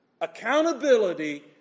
accountability